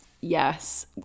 Yes